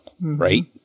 right